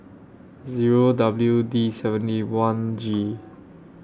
Zero W D seventy one G